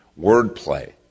wordplay